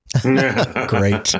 great